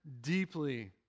deeply